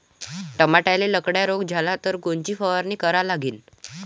टमाट्याले लखड्या रोग झाला तर कोनची फवारणी करा लागीन?